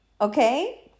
okay